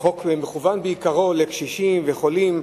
החוק מכוון בעיקרו לקשישים וחולים,